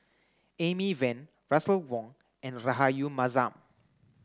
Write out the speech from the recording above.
Amy Van Russel Wong and Rahayu Mahzam